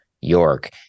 York